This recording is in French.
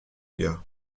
gars